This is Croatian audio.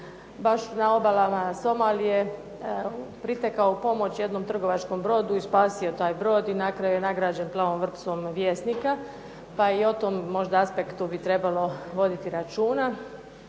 baš na obalama Somalije pritekao u pomoć jednom trgovačkom brodu i spasio taj brod i na kraju je nagrađen "Plavom vrpcom" Vjesnika pa i o tom možda aspektu bi trebalo voditi računa.